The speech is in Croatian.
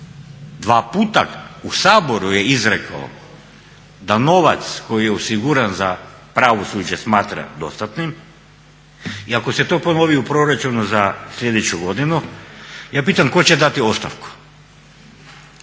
dva puta u Saboru je izrekao da novac koji je osiguran za pravosuđe smatra dostatnim i ako se to ponovi u proračunu za sljedeću godinu ja pitam tko će dati ostavku?